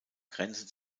grenze